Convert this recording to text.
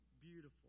beautiful